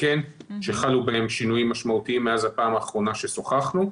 שחלו בהם שינויים משמעותיים מאז הפעם האחרונה ששוחחנו.